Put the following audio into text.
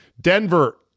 Denver